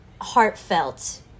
heartfelt